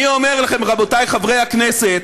אני אומר לכם, רבותי חברי הכנסת,